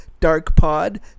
DarkPod